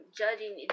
judging